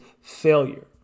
failure